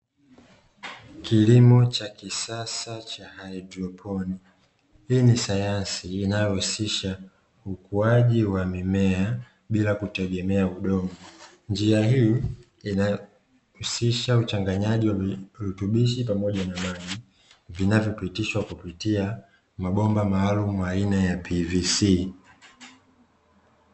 Kilimo cha kisasa cha haidroponi, hii ni sayansi inayohusisha ukuaji wa mimea bila kutegemea udongo. Njia hii inahusisgha uchanganyaji wa virutubisho pamoja na maji vinavyopitishwa kupitia mabomba maalumu aina ya "PVC".